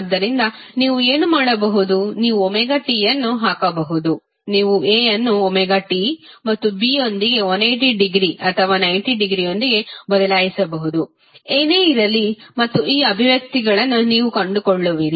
ಆದ್ದರಿಂದ ನೀವು ಏನು ಮಾಡಬಹುದು ನೀವು ωt ಯನ್ನು ಹಾಕಬಹುದು ನೀವು A ಅನ್ನು ωt ಮತ್ತು B ಯೊಂದಿಗೆ 180 ಡಿಗ್ರಿ ಅಥವಾ 90 ಡಿಗ್ರಿಯೊಂದಿಗೆ ಬದಲಾಯಿಸಬಹುದು ಏನೇ ಇರಲಿ ಮತ್ತು ಈ ಅಭಿವ್ಯಕ್ತಿಗಳನ್ನು ನೀವು ಕಂಡುಕೊಳ್ಳುವಿರಿ